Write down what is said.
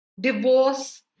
divorce